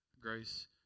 Grace